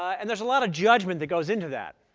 and there's a lot of judgment that goes into that.